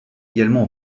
également